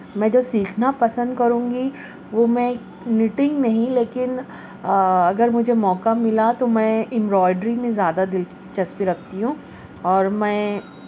میں جو سیکھنا پسند کروں گی وہ میں نیٹنگ نہیں لیکن اگر مجھے موقع ملا تو میں امبرائڈری میں زیادہ دلچسپی رکھتی ہوں اور میں